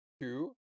two